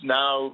now